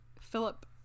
Philip